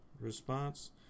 Response